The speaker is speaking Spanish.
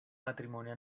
matrimonio